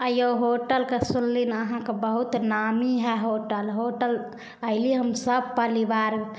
यौ होटलके सुनली अहाँके बहुत नामी हइ होटल होटल अएली हमसभ परिवार